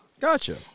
Gotcha